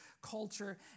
culture